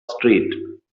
street